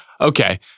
okay